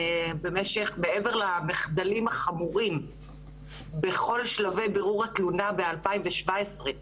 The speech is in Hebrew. במשך ומעבר למחדלים החמורים בכל שלבי בירור התלונה בשנת 2017,